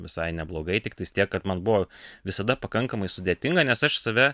visai neblogai tiktais tiek kad man buvo visada pakankamai sudėtinga nes aš save